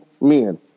men